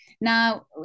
Now